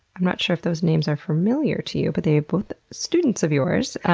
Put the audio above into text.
i'm not sure if those names are familiar to you, but they are both students of yours.